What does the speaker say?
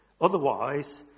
Otherwise